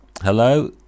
Hello